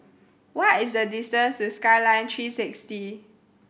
what is the distance to Skyline Three Sixty